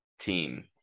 team